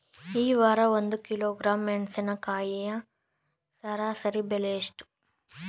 ಈ ವಾರ ಒಂದು ಕಿಲೋಗ್ರಾಂ ಮೆಣಸಿನಕಾಯಿಯ ಸರಾಸರಿ ಬೆಲೆ ಎಷ್ಟು?